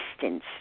distance